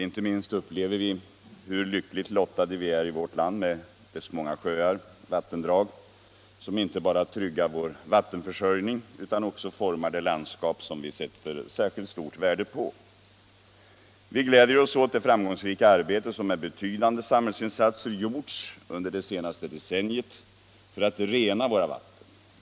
Inte minst upplever vi hur lyckligt lottade vi är i vårt land med dess många sjöar och vattendrag, som inte bara tryggar vår vattenförsörjning utan också formar det landskap som vi sätter så särskilt stort värde på. Vi gläder oss åt det fram 85 gångsrika arbete som med betydande samhällsinsatser gjorts under det senaste decenniet för att rena våra vatten.